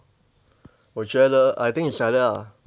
我觉得 I think it's like that ah